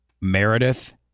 Meredith